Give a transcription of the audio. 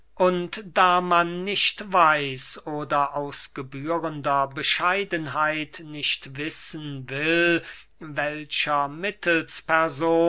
da man nicht weiß oder aus gebührender bescheidenheit nicht wissen will welcher